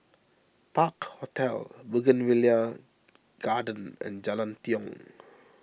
Park Hotel Bougainvillea Garden and Jalan Tiong